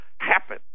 happen